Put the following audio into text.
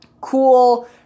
cool